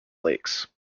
lakes